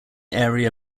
area